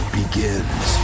begins